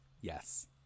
Yes